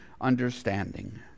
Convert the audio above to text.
understanding